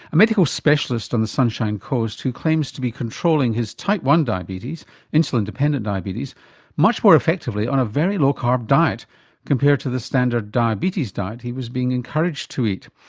a medical specialist on the sunshine coast who claims to be controlling his type i diabetes insulin dependent diabetes much more effectively on a very low carb diet compared to the standard diabetes diet he was being encouraged to eat.